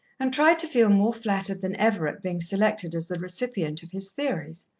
and tried to feel more flattered than ever at being selected as the recipient of his theories.